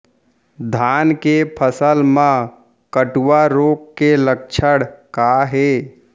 धान के फसल मा कटुआ रोग के लक्षण का हे?